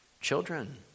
Children